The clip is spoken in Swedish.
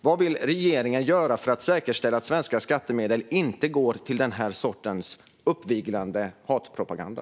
Vad vill regeringen göra för att säkerställa att svenska skattemedel inte går till denna sorts uppviglande hatpropaganda?